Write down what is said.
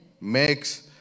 makes